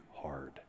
hard